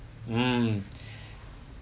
mm